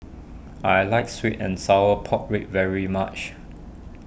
I like Sweet and Sour Pork Ribs very much